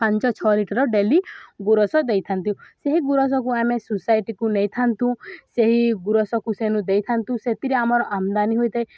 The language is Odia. ପାଞ୍ଚ ଛଅ ଲିଟର ଡେଲି ଗୁୁରସ ଦେଇଥାନ୍ତି ସେହି ଗୁରୁସକୁ ଆମେ ସୋସାଇଟିକୁ ନେଇଥାନ୍ତି ସେହି ଗୁରୁସକୁ ସେନୁ ଦେଇଥାନ୍ତି ସେଥିରେ ଆମର ଆମଦାନୀ ହୋଇଥାଏ